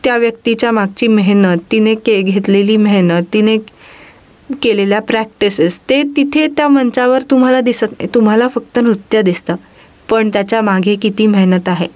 त्या व्यक्तीच्या मागची मेहनत तिने के घेतलेली मेहनत तिने केलेल्या प्रॅक्टिसेस ते तिथे त्या मंचावर तुम्हाला दिसत नाही तुम्हाला फक्त नृत्य दिसतं पण त्याच्या मागे किती मेहनत आहे